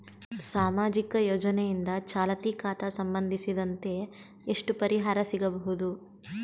ಸಾಮಾಜಿಕ ಯೋಜನೆಯಿಂದ ಚಾಲತಿ ಖಾತಾ ಸಂಬಂಧಿಸಿದಂತೆ ಎಷ್ಟು ಪರಿಹಾರ ಸಿಗಬಹುದು?